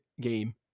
game